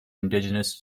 indigenous